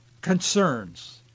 concerns